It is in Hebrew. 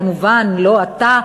כמובן לא אתה,